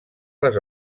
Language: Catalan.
les